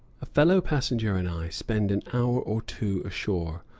a fellow-passenger and i spend an hour or two ashore,